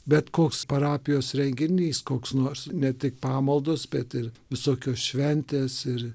bet koks parapijos renginys koks nors ne tik pamaldos bet ir visokios šventės ir